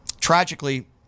tragically